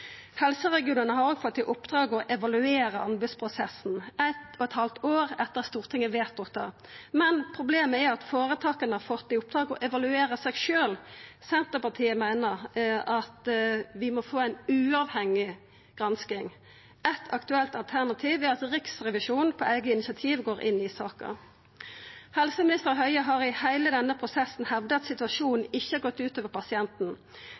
Helseregionane har òg fått i oppdrag å evaluera anbodsprosessen, halvtanna år etter at Stortinget vedtok det. Men problemet er at føretaka har fått i oppdrag å evaluera seg sjølve. Senterpartiet meiner at vi må få ei uavhengig gransking. Eit aktuelt alternativ er at Riksrevisjonen på eige initiativ går inn i saka. Helseminister Høie har i heile denne prosessen hevda at situasjonen ikkje har gått ut over